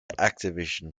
activision